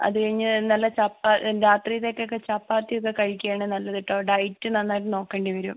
അത് കഴിഞ്ഞ് നല്ല ചപ്പ് രാത്രിലത്തേക്കൊക്കെ ചപ്പാത്തിയൊക്കെ കഴിക്കുവാണ് നല്ലത് കേട്ടോ ഡയറ്റ് നന്നായിട്ട് നോക്കേണ്ടി വരും